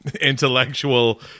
intellectual